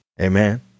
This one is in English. Amen